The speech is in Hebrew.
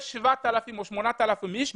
יש 7,000 או 8,000 אנשים.